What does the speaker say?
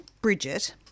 Bridget